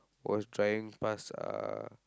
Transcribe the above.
was driving past uh